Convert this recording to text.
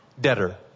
debtor